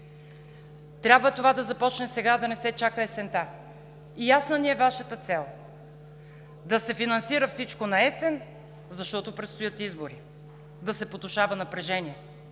Това трябва да започне сега, а да не се чака есента. Ясна ни е Вашата цел – да се финансира всичко наесен, защото предстоят избори, да се потушава напрежение.